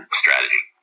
strategy